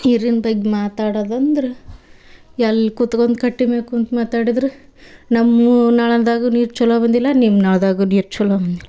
ನೀರಿನ ಬಗ್ಗೆ ಮಾತಾಡದಂದ್ರೆ ಎಲ್ಲಿ ಕುತ್ಗೊಂಡ್ ಕಟ್ಟಿ ಮ್ಯಾಲ್ ಕುಂತು ಮಾತಾಡಿದರೂ ನಮ್ಮ ನಳ್ದಾಗ ನೀರು ಚಲೋ ಬಂದಿಲ್ಲ ನಿಮ್ಮ ನಳದಾಗೂ ನೀರು ಚಲೋ ಬಂದಿಲ್ಲ